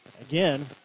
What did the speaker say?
Again